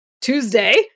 Tuesday